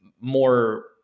more